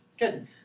Good